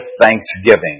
thanksgiving